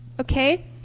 Okay